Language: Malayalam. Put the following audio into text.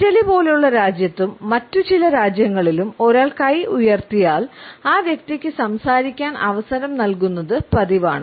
ഇറ്റലി പോലുള്ള രാജ്യത്തും മറ്റ് ചില രാജ്യങ്ങളിലും ഒരാൾ കൈ ഉയർത്തിയാൽ ആ വ്യക്തിക്ക് സംസാരിക്കാൻ അവസരം നൽകുന്നത് പതിവാണ്